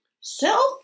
Self